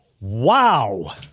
wow